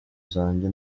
zanjye